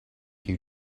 you